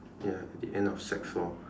ya at the end of sec four